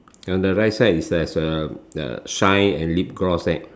on the right side is there's a a shine and lip gloss eh